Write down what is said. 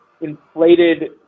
inflated